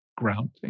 grounding